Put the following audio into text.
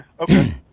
Okay